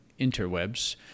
interwebs